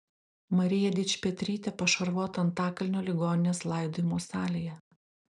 marija dičpetrytė pašarvota antakalnio ligoninės laidojimo salėje